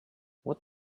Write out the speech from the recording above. what